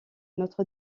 notre